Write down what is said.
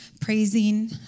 praising